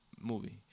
movie